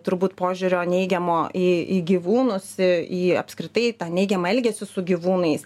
turbūt požiūrio neigiamo į į gyvūnus į apskritai tą neigiamą elgesį su gyvūnais